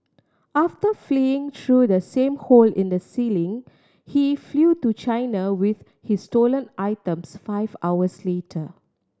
after fleeing through the same hole in the ceiling he flew to China with his stolen items five hours later